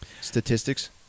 Statistics